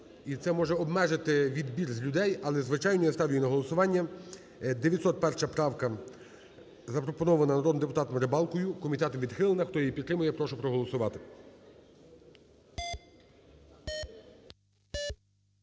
І це може обмежити відбір з людей. Але, звичайно, я ставлю її на голосування. 901 правка, запропонована народним депутатом Рибалкою, комітетом відхилена. Хто її підтримує, я прошу проголосувати.